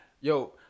Yo